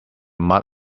mud